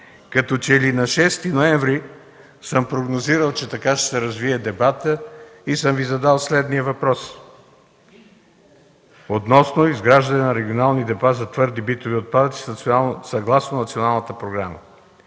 Като че ли на 6 ноември съм прогнозирал, че така ще се развие дебатът и съм Ви задал следния въпрос: относно изграждане на регионални депа за твърди битови отпадъци, съгласно националната програма.